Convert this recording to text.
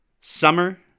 summer